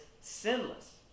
sinless